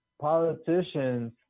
politicians